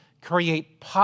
create